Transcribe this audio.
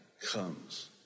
comes